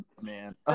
man